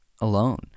alone